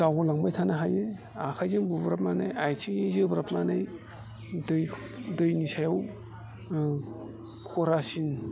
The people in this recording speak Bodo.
दावगालांबाय थानो हायो आखायजों बुब्राबनानै आइथिंजों जोब्राबनानै दैनि सायाव खरासिन